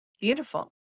beautiful